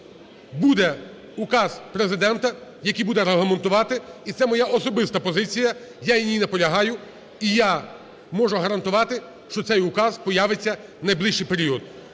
буде указ Президента, який буде регламентувати. І це моя особиста позиція, я на ній наполягаю, і я можу гарантувати, що цей указ появиться в найближчий період.